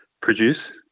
produce